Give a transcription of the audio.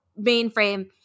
mainframe